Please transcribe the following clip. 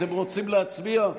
אתם רוצים להצביע?